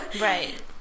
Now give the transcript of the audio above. right